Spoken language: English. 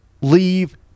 leave